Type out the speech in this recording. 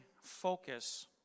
focus